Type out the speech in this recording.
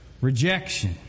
Rejection